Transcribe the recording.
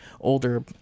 older